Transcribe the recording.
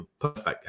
perfect